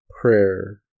prayer